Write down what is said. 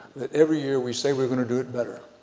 that every year we say we're going to do it better,